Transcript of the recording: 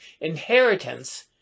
Inheritance